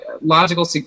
logical